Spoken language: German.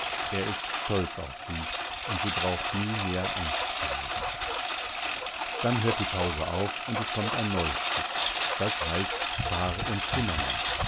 er ist stolz auf sie und sie braucht nie mehr angst zu haben dann hört die pause auf und es kommt ein neues stück das heißt zar und zimmermann